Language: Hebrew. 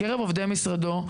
מקרב עובדי משרדו,